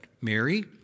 Mary